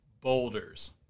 boulders